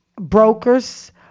Brokers